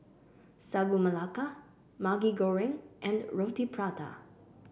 Sagu Melaka Maggi Goreng and Roti Prata